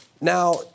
Now